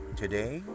today